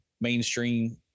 mainstream